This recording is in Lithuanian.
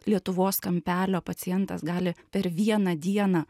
lietuvos kampelio pacientas gali per vieną dieną